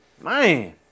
man